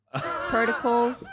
protocol